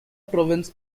province